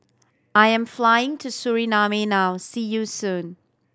I am flying to Suriname now See you soon